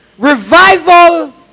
Revival